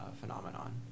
phenomenon